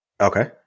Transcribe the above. Okay